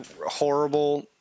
horrible